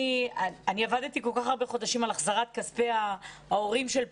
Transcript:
אני עבדתי כל כך הרבה חודשים על החזרת כספי ההורים של פולין.